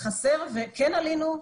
חסר וכן עלינו,